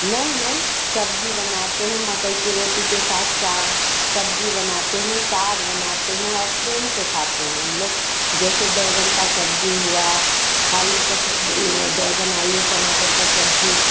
नहीं नहीं सब्ज़ी बनाते हैं मकई कि रोटी के साथ साथ सब्ज़ी बनाते हैं साग बनाते हैं और प्रेम से खाते हैं हम लोग जैसे बैंगन की सब्ज़ी हुई आलू की सब्ज़ी हुई बैंगन आलू टमाटर की सब्ज़ी